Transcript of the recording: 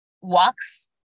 walks